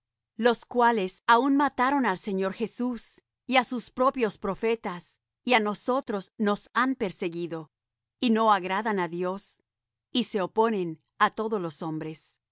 los cuales aun mataron al señor jesús y á sus propios profetas y á nosotros nos han perseguido y no agradan á dios y se oponen á todos los hombres